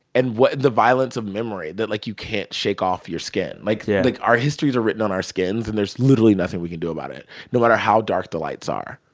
and the violence of memory that, like, you can't shake off your skin like yeah like, our histories are written on our skins, and there's literally nothing we can do about it no matter how dark the lights are,